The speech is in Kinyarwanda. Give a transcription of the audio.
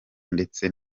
ndetse